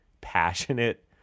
passionate